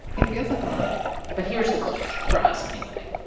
it feels like a lot but here's the glitch for us, anyway.